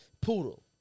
poodle